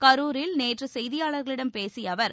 கரூரில் நேற்று செய்தியாளர்களிடம் பேசிய அவர்